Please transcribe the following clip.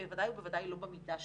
בוודאי ובוודאי לא במידה שציפינו.